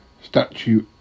Statue